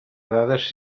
dades